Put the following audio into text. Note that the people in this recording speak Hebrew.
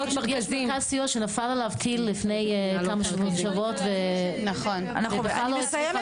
סיוע שנפל עליו קיר לפני כמה שבועות ובכלל לא הצליחו